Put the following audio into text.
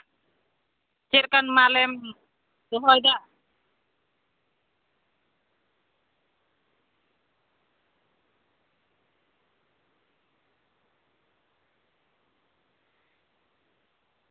ᱪᱮᱫᱞᱮᱠᱟᱱ ᱢᱟᱞᱮᱢ ᱫᱚᱦᱚᱭᱮᱫᱟ